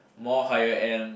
more higher end